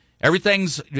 Everything's